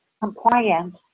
compliant